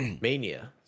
Mania